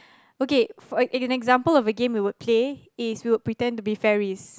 okay an example of a game that we would play is we will pretend to be fairies